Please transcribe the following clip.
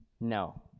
No